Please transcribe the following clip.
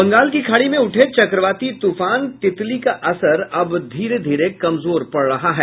बंगाल की खाड़ी में उठे चक्रवाती तूफान तितली का असर अब धीरे धीरे कमजोर पड़ रहा है